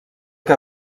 que